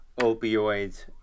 opioids